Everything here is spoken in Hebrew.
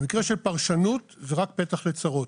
במקרה של פרשנות זה רק פתח לצרות.